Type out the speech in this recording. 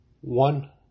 One